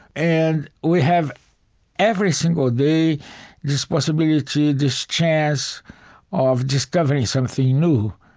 and we have every single day this possibility, this chance of discovering something new.